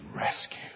rescue